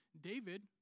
David